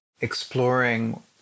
exploring